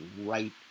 right